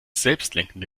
selbstlenkende